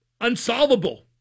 unsolvable